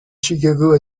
chicago